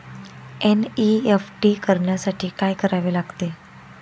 NEFT करण्यासाठी काय करावे लागते?